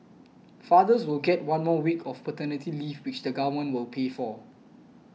fathers will get one more week of paternity leave which the Government will pay for